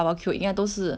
I think thirty dollar